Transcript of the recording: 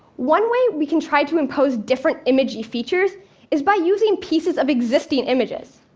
one way we can try to impose different image features is by using pieces of existing images.